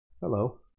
Hello